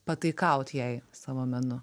pataikaut jai savo menu